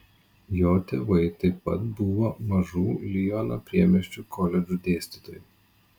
jo tėvai taip pat buvo mažų liono priemiesčių koledžų dėstytojai